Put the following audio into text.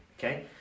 Okay